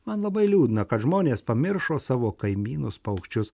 man labai liūdna kad žmonės pamiršo savo kaimynus paukščius